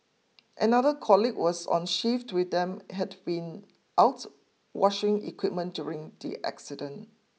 another colleague was on shift with them had been out washing equipment during the accident